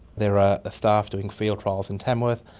there are staff doing field trials in tamworth,